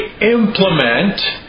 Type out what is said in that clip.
implement